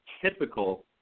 typical